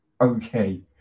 Okay